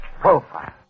Profile